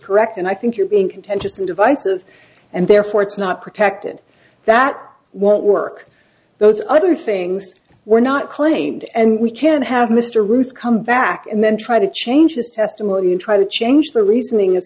correct and i think you're being contentious and divisive and therefore it's not protected that won't work those other things were not claimed and we can have mr ruth come back and then try to change his testimony and try to change the reasoning as